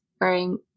wearing